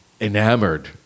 enamored